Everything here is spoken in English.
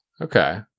Okay